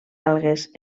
algues